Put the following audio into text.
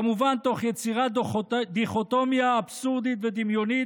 כמובן תוך יצירת דיכוטומיה אבסורדית ודמיונית